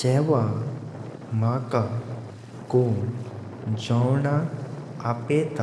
जेवा म्हाका कोण जोवणाक आपेत